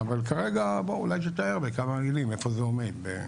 אבל כרגע אולי תתאר בכמה מילים איפה זה עומד.